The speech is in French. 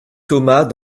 thomas